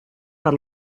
per